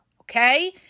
okay